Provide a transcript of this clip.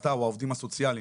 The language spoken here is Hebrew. אתה או העובדים הסוציאליים,